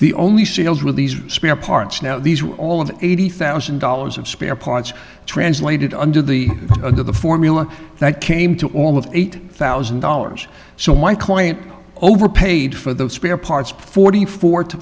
the only seals with these spare parts now these are all of eighty thousand dollars of spare parts translated under the under the formula that came to all of eight thousand dollars so my client over paid for the spare parts forty four to